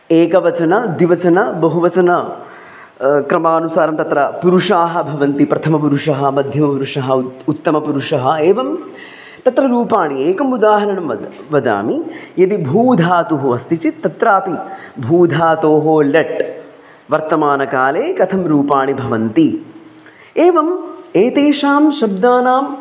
एकवचनं द्विवचनं बहुवचनं क्रमानुसारं तत्र पुरुषाः भवन्ति प्रथमपुरुषः मध्यमपुरुषः उत् उत्तमपुरुषः एवं तत्र रूपाणि एकम् उदाहरणं वद् वदामि यदि भू धातुः अस्ति चेत् तत्रापि भू धातोः लट् वर्तमानकाले कथं रूपाणि भवन्ति एवम् एतेषां शब्दानाम्